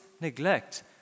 neglect